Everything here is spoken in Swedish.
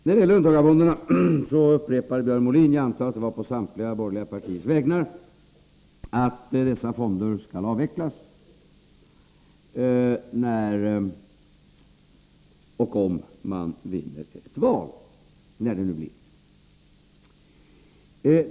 När det gäller löntagarfonderna upprepar Björn Molin — jag antar att det var på samtliga borgerliga partiers vägnar — att dessa fonder skall avvecklas om man vinner ett val, när det nu blir.